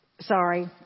Sorry